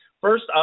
first